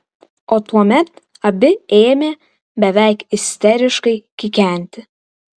o tuomet abi ėmė beveik isteriškai kikenti